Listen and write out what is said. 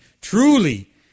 Truly